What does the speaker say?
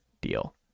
deal